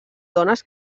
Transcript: dones